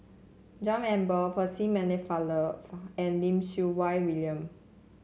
John Eber Percy Pennefather and Lim Siew Wai William